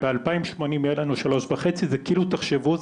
וב-2080 יהיה לנו 3.5 זה כאילו תחשבו,